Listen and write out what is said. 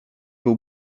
był